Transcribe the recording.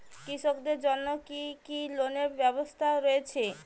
কৃষকদের জন্য কি কি লোনের ব্যবস্থা রয়েছে?